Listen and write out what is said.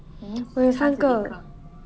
我有三个